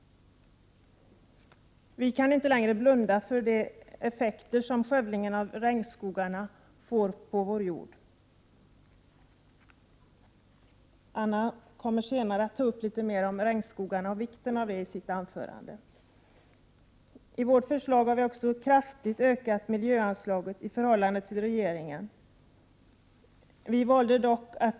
Vi kan inte längre blunda för de effekter som skövlingen av regnskogarna får för vår jord. Anna Horn af Rantzien kommer senare i sitt anförande att ta upp mer om regnskogarna och vikten av dem. I vårt förslag är miljöanslaget kraftigt ökat i förhållande till regeringens förslag.